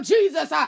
Jesus